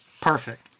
Perfect